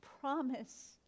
promise